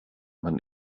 man